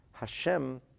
Hashem